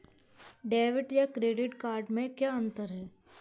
Debit या credit card में क्या अन्तर है?